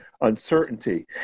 uncertainty